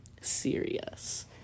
serious